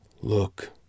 Look